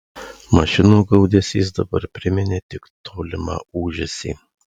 mašinų gaudesys dabar priminė tik tolimą ūžesį